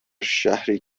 شهری